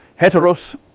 heteros